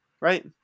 right